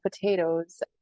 potatoes